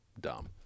dumb